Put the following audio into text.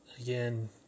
Again